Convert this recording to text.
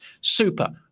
Super